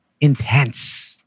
intense